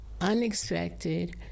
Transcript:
unexpected